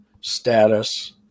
status